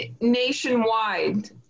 nationwide